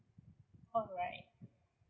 alright